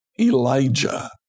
Elijah